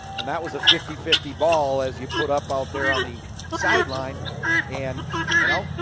and that was a fifty fifty ball as he put up out there on the sideline and you know,